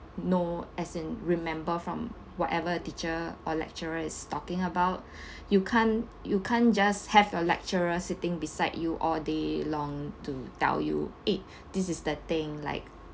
note as in remember from whatever teacher or lecturer is talking about you can't you can't just have a lecturer sitting beside you all day long to tell you [eh} this is the thing like